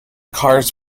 cars